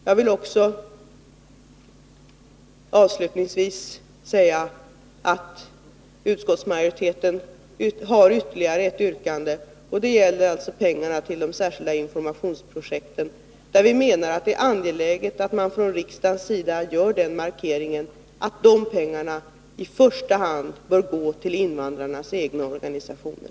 Jag vill också säga att utskottsmajoriteten har ytterligare ett yrkande. Det gäller pengarna till de särskilda informationsprojekten. Vi anser det angeläget att riksdagen där gör den markeringen att dessa pengar i första hand bör gå till invandrarnas egna organisationer.